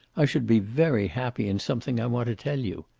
i should be very happy in something i want to tell you.